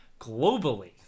globally